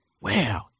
wow